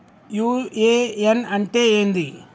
UAN అంటే ఏంది?